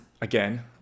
again